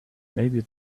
maybe